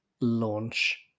launch